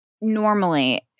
normally